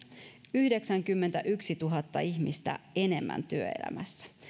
yhdeksänkymmentätuhatta ihmistä enemmän työelämässä